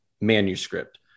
manuscript